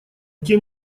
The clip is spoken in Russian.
тем